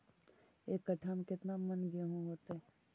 एक कट्ठा में केतना मन गेहूं होतै?